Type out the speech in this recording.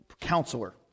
counselor